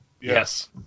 yes